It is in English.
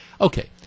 Okay